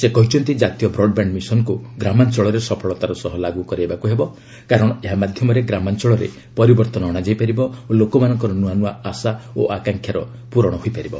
ସେ କହିଛନ୍ତି ଜାତୀୟ ବ୍ରଡ୍ବ୍ୟାଣ୍ଡ ମିଶନ୍କୁ ଗ୍ରାମାଞ୍ଚଳରେ ସଫଳତାର ସହ ଲାଗୁ କରିବାକୁ ହେବ କାରଣ ଏହା ମାଧ୍ୟମରେ ଗ୍ରାମାଞ୍ଚଳରେ ପରିବର୍ତ୍ତନ ଅଣାଯାଇପାରିବ ଓ ଲୋକମାନଙ୍କର ନୂଆ ନୂଆ ଆଶା ଓ ଆକାଂକ୍ଷାର ପୂରଣ ହୋଇପାରିବ